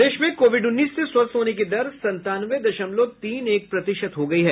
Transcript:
प्रदेश में कोविड उन्नीस से स्वस्थ होने की दर संतानवे दशमलव तीन एक प्रतिशत हो गई है